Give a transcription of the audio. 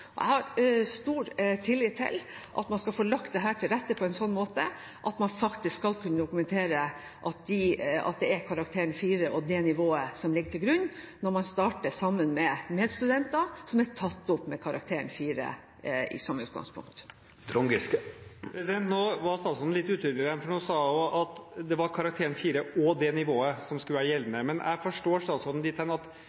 Jeg har stor tillit til at man skal få lagt dette til rette på en slik måte at man skal kunne dokumentere at det er karakteren 4 og det nivået som ligger til grunn når man skal starte sammen med medstudenter som er tatt opp med karakteren 4 som utgangspunkt. Nå var statsråden litt utydelig igjen, for nå sa hun at det var «karakteren 4 og det nivået» som skulle være gjeldende. Men jeg forstår statsråden dit hen at